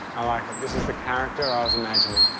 i like it. this was the character i was imagining.